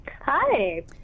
Hi